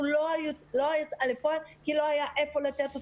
לא יצאה אל הפועל כי לא היה איפה לתת אותה.